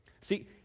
See